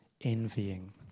envying